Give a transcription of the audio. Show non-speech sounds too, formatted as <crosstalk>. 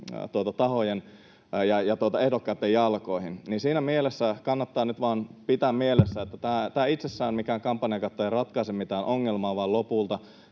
saavien ehdokkaitten jalkoihin. Siinä mielessä kannattaa nyt vaan pitää mielessä, <noise> että itsessään mikään kampanjakatto ei ratkaise mitään ongelmaa vaan lopulta